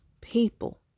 people